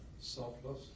Selfless